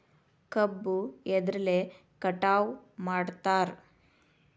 ಕಬ್ಬು ಎದ್ರಲೆ ಕಟಾವು ಮಾಡ್ತಾರ್?